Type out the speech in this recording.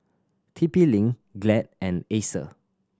T P Link Glad and Acer